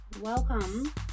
Welcome